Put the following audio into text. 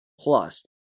plus